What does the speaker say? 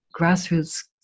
grassroots